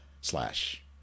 slash